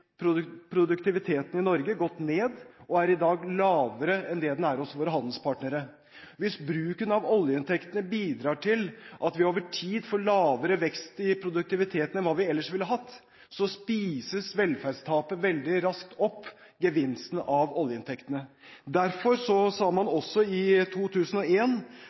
produktiviteten i Norge gått ned og er i dag lavere enn det den er hos våre handelspartnere. Hvis bruken av oljeinntekten bidrar til at vi over tid får lavere vekst i produktiviteten enn hva vi ellers ville ha hatt, spises velferdstapet veldig raskt opp – gevinsten av oljeinntektene. Derfor sa man – også i